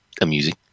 amusing